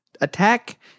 attack